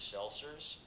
Seltzers